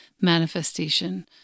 manifestation